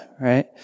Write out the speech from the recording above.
right